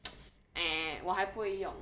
eh 我还不会用